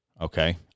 Okay